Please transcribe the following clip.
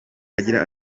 agira